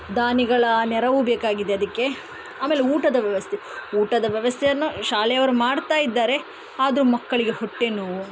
ದಾನಿಗಳ ನೆರವು ಬೇಕಾಗಿದೆ ಅದಕ್ಕೆ ಆಮೇಲೆ ಊಟದ ವ್ಯವಸ್ಥೆ ಊಟದ ವ್ಯವಸ್ಥೆಯನ್ನ ಶಾಲೆಯವರು ಮಾಡ್ತಾಯಿದ್ದಾರೆ ಆದರೂ ಮಕ್ಕಳಿಗೆ ಹೊಟ್ಟೆನೋವು